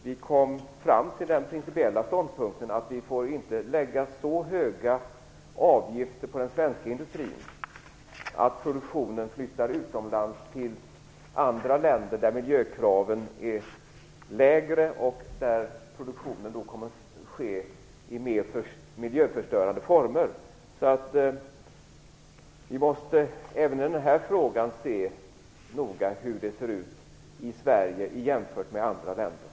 Vi kom fram till den principiella ståndpunkten att vi inte kan lägga så höga avgifter på den svenska industrin att produktionen flyttar utomlands till andra länder där miljökraven är lägre och där produktionen i så fall kommer att ske i mer miljöförstörande former. Även i den här frågan måste vi noga se hur det ser ut i